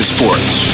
Sports